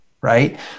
right